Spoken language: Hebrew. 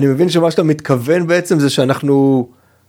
אני מבין שמה שאתה מתכוון בעצם זה שאנחנו